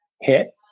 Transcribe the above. hit